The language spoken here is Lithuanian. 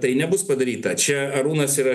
tai nebus padaryta čia arūnas yra